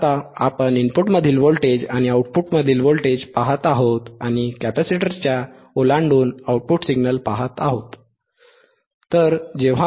आता आपण इनपुटमधील व्होल्टेज आणि आउटपुटमधील व्होल्टेज पाहत आहोत आणि कॅपेसिटरच्या ओलांडून आउटपुट सिग्नल पाहत आहोत